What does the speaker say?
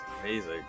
amazing